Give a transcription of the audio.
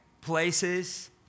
places